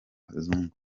abazungu